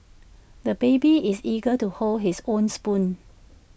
the baby is eager to hold his own spoon